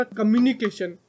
communication